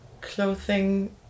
clothing